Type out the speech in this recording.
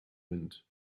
wind